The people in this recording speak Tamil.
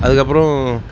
அதுக்கப்புறம்